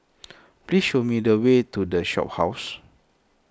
please show me the way to the Shophouse